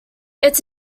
its